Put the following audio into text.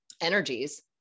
energies